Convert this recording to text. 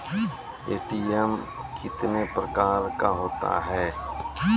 ATM कितने प्रकार का होता हैं?